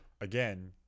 again